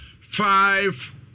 five